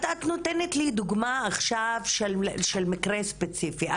את נותנת לי דוגמא עכשיו של מקרה ספציפי,